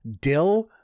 Dill